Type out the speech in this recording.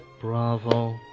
Bravo